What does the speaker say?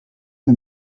que